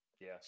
Yes